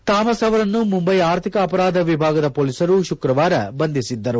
Thomas ಅವರನ್ನು ಮುಂಬೈ ಆರ್ಥಿಕ ಅಪರಾಧ ವಿಭಾಗದ ಪೊಲೀಸರು ಶುಕ್ರವಾರ ಬಂಧಿಸಿದ್ದರು